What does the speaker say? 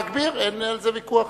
להגביר, אין על זה ויכוח.